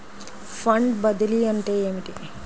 Fund బదిలీ అంటే ఏమిటి?